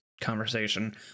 conversation